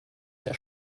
der